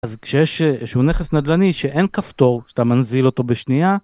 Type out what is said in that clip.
אז כשיש איזשהו נכס נדל"ני שאין כפתור, שאתה מנזיל אותו בשנייה...